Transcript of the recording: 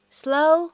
slow